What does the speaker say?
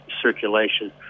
circulation